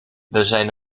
zijn